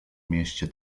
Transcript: mieście